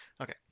okay